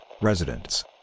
residents